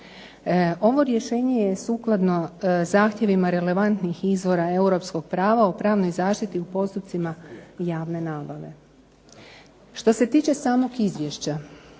Ovo rješenje je sukladno zahtjevima relevantnih izvora europskog prava u pravnoj zaštiti u postupcima javne nabave. Što se tiče samog izvješća,